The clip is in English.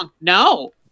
No